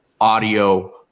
audio